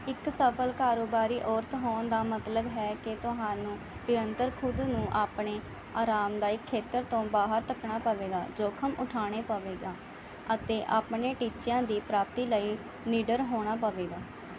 ਇੱਕ ਸਫਲ ਕਾਰੋਬਾਰੀ ਔਰਤ ਹੋਣ ਦਾ ਮਤਲਬ ਹੈ ਕਿ ਤੁਹਾਨੂੰ ਨਿਰੰਤਰ ਖ਼ੁਦ ਨੂੰ ਆਪਣੇ ਆਰਾਮਦਾਇਕ ਖੇਤਰ ਤੋਂ ਬਾਹਰ ਧੱਕਣਾ ਪਵੇਗਾ ਜੋਖਮ ਉਠਾਉਣੇ ਪਵੇਗਾ ਅਤੇ ਆਪਣੇ ਟੀਚਿਆਂ ਦੀ ਪ੍ਰਾਪਤੀ ਲਈ ਨਿਡਰ ਹੋਣਾ ਪਵੇਗਾ